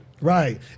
Right